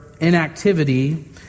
inactivity